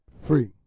Free